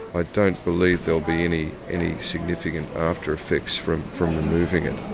i don't believe there will be any any significant after-effects from from removing it.